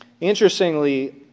Interestingly